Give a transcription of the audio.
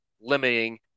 limiting